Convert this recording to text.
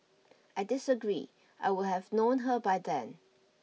I disagree I would have known her by then